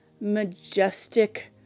majestic